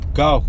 go